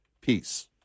peace